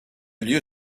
lieu